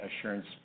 assurance